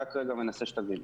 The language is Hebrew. אני מנסה שתבינו.